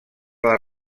les